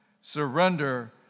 surrender